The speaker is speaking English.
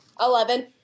eleven